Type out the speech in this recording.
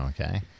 Okay